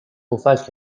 پفک